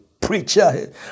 preacher